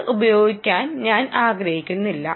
ഇത് ഉപയോഗിക്കാൻ ഞാൻ ആഗ്രഹിക്കുന്നില്ല